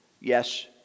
Yes